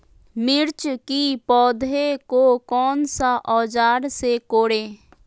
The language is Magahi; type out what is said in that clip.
मिर्च की पौधे को कौन सा औजार से कोरे?